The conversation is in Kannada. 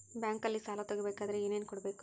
ಬ್ಯಾಂಕಲ್ಲಿ ಸಾಲ ತಗೋ ಬೇಕಾದರೆ ಏನೇನು ಕೊಡಬೇಕು?